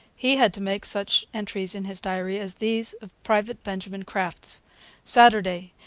he had to make such entries in his diary as these of private benjamin crafts saturday.